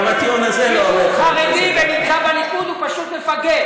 מי שהוא חרדי ונמצא בליכוד הוא פשוט מפגר.